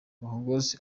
khashoggi